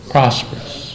Prosperous